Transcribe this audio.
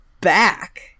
back